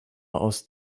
aus